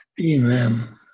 Amen